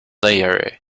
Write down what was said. lekrjahre